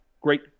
Great